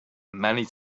many